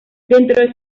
dentro